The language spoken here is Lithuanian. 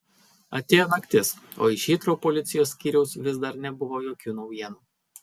atėjo naktis o iš hitrou policijos skyriaus vis dar nebuvo jokių naujienų